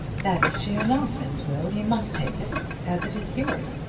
that is sheer nonsense, will. you must take it, as it is yours,